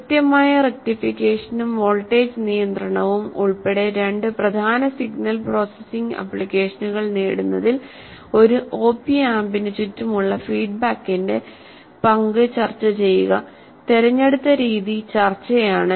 കൃത്യമായ റെക്ടിഫികേഷനും വോൾട്ടേജ് നിയന്ത്രണവും ഉൾപ്പെടെ രണ്ട് പ്രധാന സിഗ്നൽ പ്രോസസ്സിംഗ് ആപ്ലിക്കേഷനുകൾ നേടുന്നതിൽ ഒരു ഒപി ആമ്പിനു ചുറ്റുമുള്ള ഫീഡ്ബാക്കിന്റെ പങ്ക് ചർച്ചചെയ്യുക തിരഞ്ഞെടുത്ത രീതി ചർച്ചയാണ്